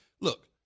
Look